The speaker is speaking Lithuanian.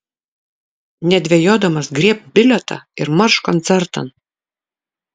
nedvejodamas griebk bilietą ir marš koncertan